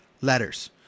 letters